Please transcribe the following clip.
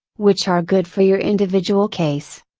which are good for your individual case.